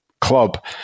club